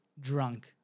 drunk